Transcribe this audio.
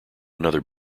another